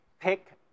pick